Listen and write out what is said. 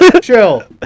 chill